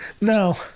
No